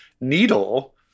needle